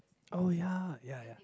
oh ya ya ya